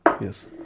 Yes